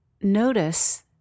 Notice